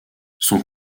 son